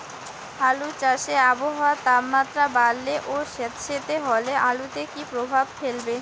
আলু চাষে আবহাওয়ার তাপমাত্রা বাড়লে ও সেতসেতে হলে আলুতে কী প্রভাব ফেলবে?